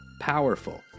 powerful